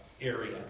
area